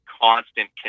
Constant